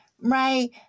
right